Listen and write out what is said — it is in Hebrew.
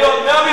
100 מיליון?